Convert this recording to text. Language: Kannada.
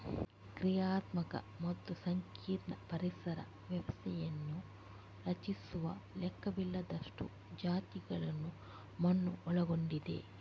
ಕ್ರಿಯಾತ್ಮಕ ಮತ್ತು ಸಂಕೀರ್ಣ ಪರಿಸರ ವ್ಯವಸ್ಥೆಯನ್ನು ರಚಿಸುವ ಲೆಕ್ಕವಿಲ್ಲದಷ್ಟು ಜಾತಿಗಳನ್ನು ಮಣ್ಣು ಒಳಗೊಂಡಿದೆ